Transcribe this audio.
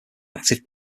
active